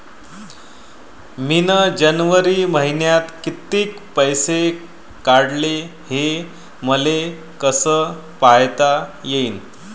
मिन जनवरी मईन्यात कितीक पैसे काढले, हे मले कस पायता येईन?